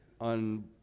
on